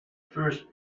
first